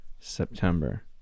September